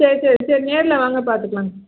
சரி சரி சரி நேர்ல வாங்க பார்த்துக்கலாம்